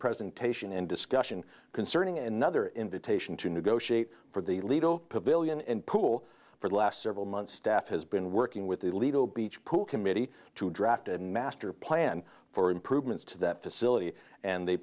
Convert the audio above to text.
presentation and discussion concerning another invitation to negotiate for the legal pavilion and pool for the last several months staff has been working with the legal beach pool committee to draft a master plan for improvements to that facility and they